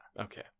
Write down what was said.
Okay